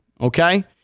Okay